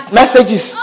messages